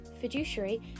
fiduciary